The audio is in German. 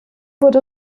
wurde